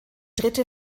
dritte